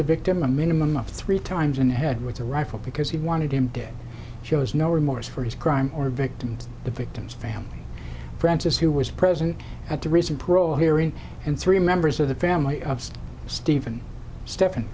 the victim a minimum of three times in the head with a rifle because he wanted him dead shows no remorse for his crime or victims the victim's family francis who was present at the recent parole hearing and three members of the family of stephen stephan